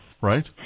Right